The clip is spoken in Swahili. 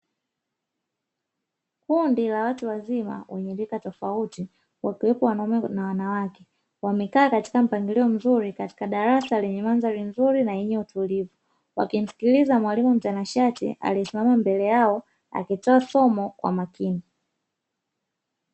Kundi la watu wa zima wenye rika tofauti wakiwepo wanaume na wanawake wamekaa kwenye mpangilio mzuri katika darasa, lenye mandhari nzuri na yenye utulivu wakimsikiliza mwalimu mtanashati aliyesimama mbele yao akitoa somo kwa makini.